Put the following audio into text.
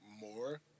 more